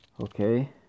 okay